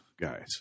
guys